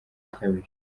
kabiri